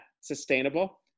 sustainable